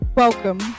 Welcome